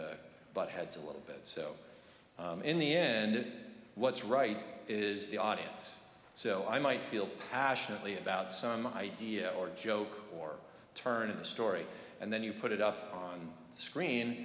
tt heads a little bit so in the end what's right is the audience so i might feel passionately about some idea or joke or turn of the story and then you put it up on the screen